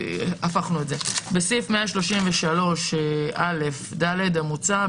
"בסעיף 133א(ד) המוצע,